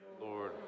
Lord